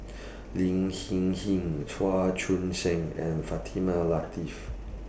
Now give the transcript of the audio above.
Lin Hsin Hsin Chua Joon Siang and Fatimah Lateef